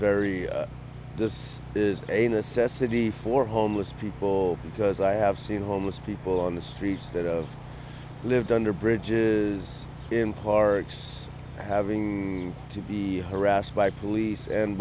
very this is a necessity for homeless people because i have seen homeless people on the streets that lived under bridges in parks having to be harassed by police and